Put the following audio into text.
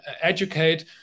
educate